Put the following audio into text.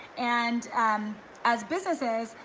and as businesses,